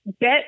get